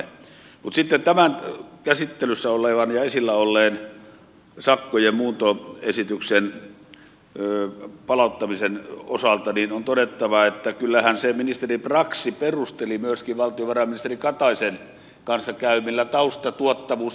mutta sitten tämän käsittelyssä olevan ja esillä olleen sakkojen muuntorangaistuksen palauttamisesityksen osalta on todettava että kyllähän ministeri brax perusteli myöskin valtiovarainministeri kataisen kanssa käymillään tausta tuottavuus ynnä muuta